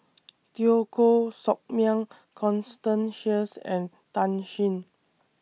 Teo Koh Sock Miang Constance Sheares and Tan Shen